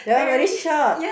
that one very short